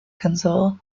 console